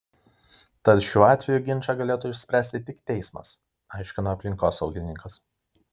tad šiuo atveju ginčą galėtų išspręsti tik teismas aiškino aplinkosaugininkas